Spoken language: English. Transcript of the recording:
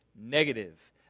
negative